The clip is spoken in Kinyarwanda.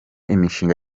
imishinga